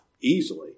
easily